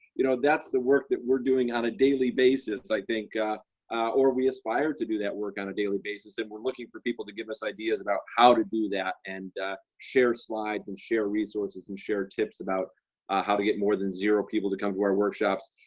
you know that's the work that we're doing on a daily basis i think or we aspire to do that work on a daily basis and we're looking for people to give us ideas about how to do that and share slides and share resources and share tips about how to get more than zero people to come to our workshops.